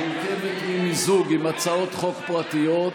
מורכבת ממיזוג עם הצעות חוק פרטיות,